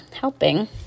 helping